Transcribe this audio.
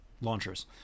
launchers